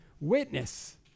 witness